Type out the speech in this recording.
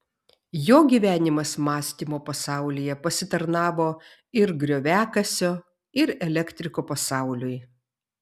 jo gyvenimas mąstymo pasaulyje pasitarnavo ir grioviakasio ir elektriko pasauliui